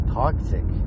toxic